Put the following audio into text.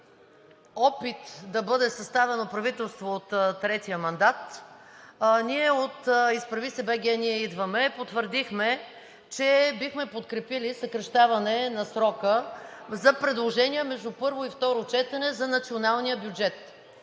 опит да бъде съставено правителство от третия мандат, ние от „Изправи се БГ! Ние идваме!“ потвърдихме, че бихме подкрепили съкращаване на срока за предложения между първо и второ четене за националния бюджет,